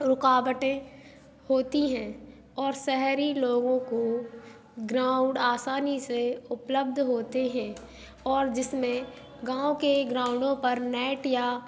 रुकावटें होती हैं और शहरी लोगों को ग्राउंड आसानी से उपलब्ध होते हें और जिसमें गाँव के ग्राउंडों पर नेट या